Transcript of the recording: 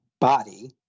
body